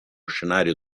scenario